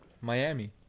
Miami